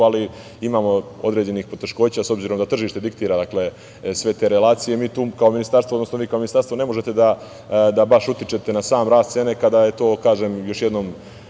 ali imamo određenih poteškoća s obzirom da tržište diktira sve te relacije. Mi tu kao ministarstvo, odnosno vi kao ministarstvo ne možete da baš utičete na sam rast cene kada je to, kažem još jednom,